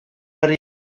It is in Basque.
herria